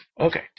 Okay